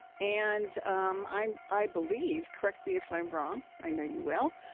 and i'm, i believe, correct me if i'm wrong, i know you will,